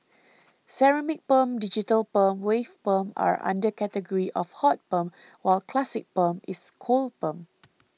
ceramic perm digital perm wave perm are under category of hot perm while classic perm is cold perm